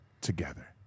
together